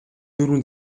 дөрвөн